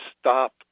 stop